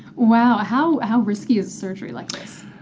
wow. how how risky is surgery like this?